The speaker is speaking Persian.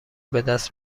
بدست